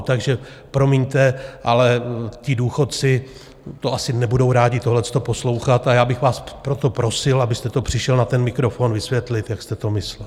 Takže promiňte, ale ti důchodci asi nebudou rádi tohleto poslouchat, a já bych vás proto prosil, abyste to přišel na ten mikrofon vysvětlit, jak jste to myslel.